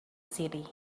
city